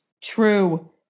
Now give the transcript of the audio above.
True